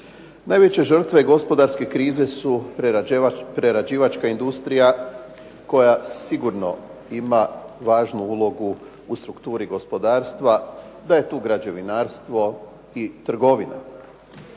Najveće žrtve gospodarske krize su prerađivačka industrija koja sigurno ima važnu ulogu u strukturi gospodarstva te je tu građevinarstvo i trgovina.